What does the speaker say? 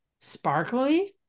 sparkly